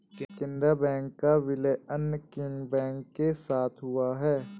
Canara bank का विलय अन्य किन बैंक के साथ हुआ है?